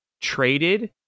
traded